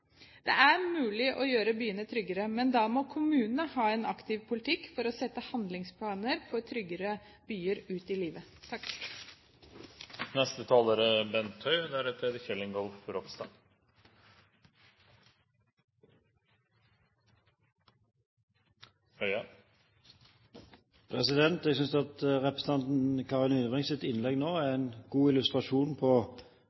Det er mulig å gjøre byene tryggere, men da må kommunene ha en aktiv politikk for å sette handlingsplaner for tryggere byer ut i livet. Jeg synes at representanten Karin Yrvins innlegg